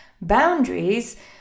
Boundaries